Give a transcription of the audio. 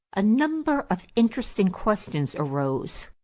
a number of interesting questions arose.